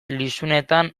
lizunetan